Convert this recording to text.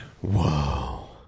whoa